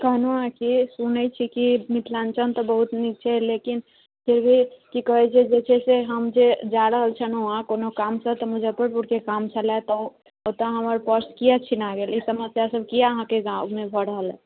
कहलहुँ हँ कि सुनैत छी कि मिथलाञ्चल तऽ बहुत नीक छै लेकिन फिर भी की कहैत छै जे छै से हम जे जा रहल छलहुँ हँ कोनो कामसँ तऽ मुजफ्फरपुरके काम छलैया तऽ ओतऽ हमर पर्स किआ छिना गेल ई समस्या सब किएक अहाँकेँ गावँमे भऽ रहलैया